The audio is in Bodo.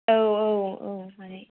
औ औ औ